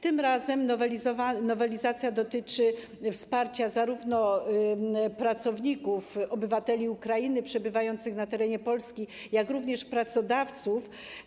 Tym razem nowelizacja dotyczy wsparcia zarówno pracowników obywateli Ukrainy przebywających na terenie Polski, jak i pracodawców.